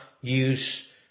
use